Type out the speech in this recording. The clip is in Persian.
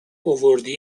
آوردی